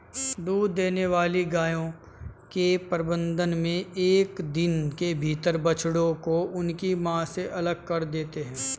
दूध देने वाली गायों के प्रबंधन मे एक दिन के भीतर बछड़ों को उनकी मां से अलग कर देते हैं